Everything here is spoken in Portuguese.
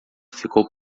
ficou